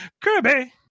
Kirby